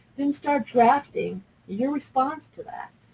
then start drafting your response to that.